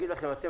אתם,